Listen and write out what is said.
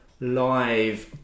live